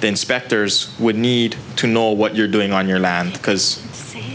the inspectors would need to know what you're doing on your land because